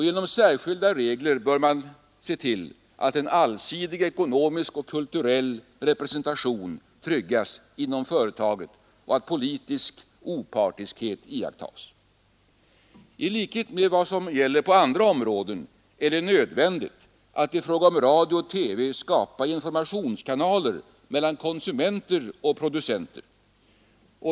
Genom särskilda regler bör man tillse att en allsidig ekonomisk och kulturell representation tryggas inom företaget och att politisk opartiskhet iakttages. I likhet med vad som gäller på andra områden är det nödvändigt att i fråga om radio och TV skapa informationskanaler mellan konsumenter och producenter.